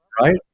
right